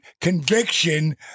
conviction